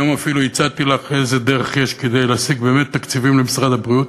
היום אפילו הצעתי לך איזה דרך יש כדי להשיג באמת תקציבים למשרד הבריאות: